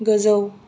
गोजौ